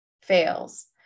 fails